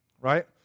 right